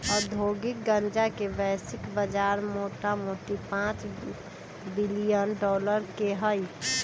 औद्योगिक गन्जा के वैश्विक बजार मोटामोटी पांच बिलियन डॉलर के हइ